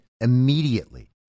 immediately